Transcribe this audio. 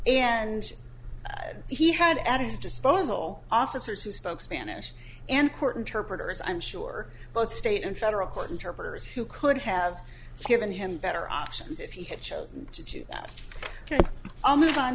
and he had at his disposal officers who spoke spanish and court interpreters i'm sure both state and federal court interpreters who could have given him better options if he had chosen to do that i'll move on